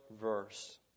verse